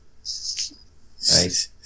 Nice